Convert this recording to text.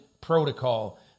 protocol